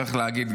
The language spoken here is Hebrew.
צריך להגיד,